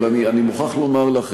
אבל אני מוכרח לומר לך,